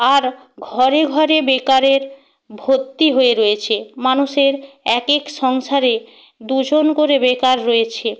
আর ঘরে ঘরে বেকারের ভর্তি হয়ে রয়েছে মানুষের একেক সংসারে দুজন করে বেকার রয়েছে